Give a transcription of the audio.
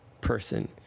person